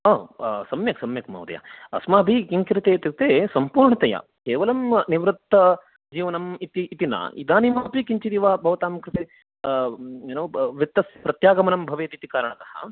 ओ सम्यक् सम्यक् महोदय अस्माभिः किं क्रियते इत्युक्ते सम्पूर्णतया केवलं निवृत्तजीवनं इति इति न इदानीमपि किञ्चिदिव भवतां कृते यु नो वित्तप्रत्यागमनं भवेदिति कारणतः